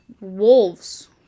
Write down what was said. wolves